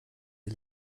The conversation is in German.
sie